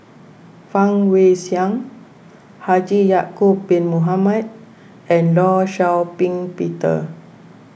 Fang Guixiang Haji Ya'Acob Bin Mohamed and Law Shau Ping Peter